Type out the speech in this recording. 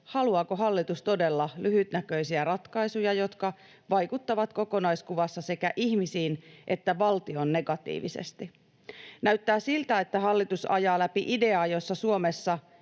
haluaako hallitus todella lyhytnäköisiä ratkaisuja, jotka vaikuttavat kokonaiskuvassa sekä ihmisiin että valtioon negatiivisesti? Näyttää siltä, että hallitus ajaa läpi ideaa, jossa Suomessa